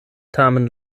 tamen